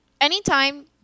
Anytime